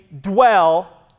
dwell